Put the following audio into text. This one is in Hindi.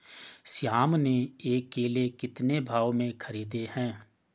श्याम ने ये केले कितने भाव में खरीदे हैं?